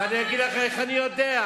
ואני אגיד לך איך אני יודע.